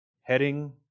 heading